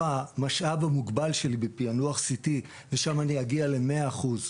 המשאב המוגבל שלי בפענוח CT ושם אני אגיע ל-100 אחוז,